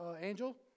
Angel